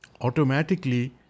automatically